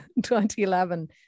2011